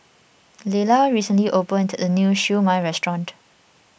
Lelar recently opened a new Siew Mai restaurant